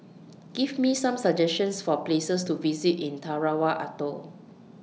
Give Me Some suggestions For Places to visit in Tarawa Atoll